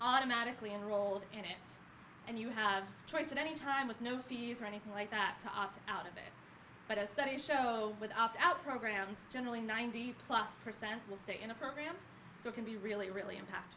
automatically enrolled in it and you have a choice at any time with no fees or anything like that to opt out of it but as studies show with opt out programs generally ninety plus percent will stay in a program so it can be really really impact